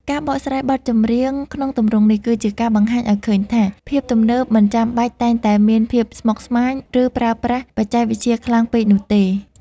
ការបកស្រាយបទចម្រៀងក្នុងទម្រង់នេះ គឺជាការបង្ហាញឱ្យឃើញថា ភាពទំនើបមិនចាំបាច់តែងតែមានភាពស្មុគស្មាញ ឬប្រើប្រាស់បច្ចេកវិទ្យាខ្លាំងពេកនោះទេ។